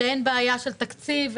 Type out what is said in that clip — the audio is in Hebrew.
שאין בעיה של תקציב,